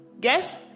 guess